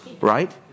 right